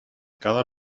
cada